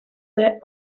their